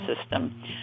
system